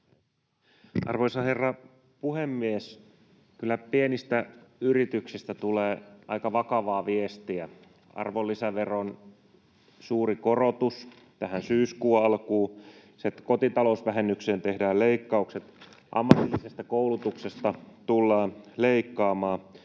Arvoisa herra puhemies! Kyllä pienistä yrityksistä tulee aika vakavaa viestiä. Arvonlisäveron suuri korotus tähän syyskuun alkuun, kotitalousvähennykseen tehdään leikkaukset, ammatillisesta koulutuksesta tullaan leikkaamaan